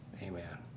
amen